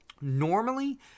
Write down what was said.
normally